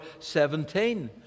17